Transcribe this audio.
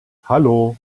hallo